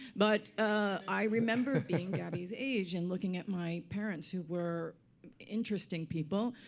but i remember being gabby's age and looking at my parents, who were interesting people.